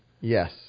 Yes